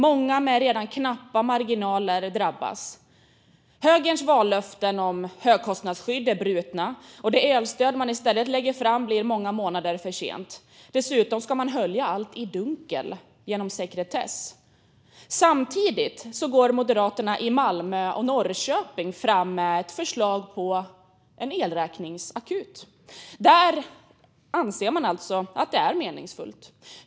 Många med redan knappa marginaler drabbas. Högerns vallöften om högkostnadsskydd är brutna. Det elstöd man i stället lägger fram blir många månader försenat. Dessutom är allt höljt i dunkel med sekretess. Samtidigt går Moderaterna i Malmö och Norrköping fram med ett förslag på en elräkningsakut. Där anser man alltså att det är meningsfullt.